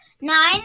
nine